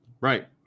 Right